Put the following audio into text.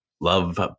love